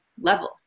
level